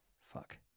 Fuck